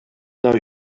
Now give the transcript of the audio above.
now